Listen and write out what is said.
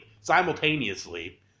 simultaneously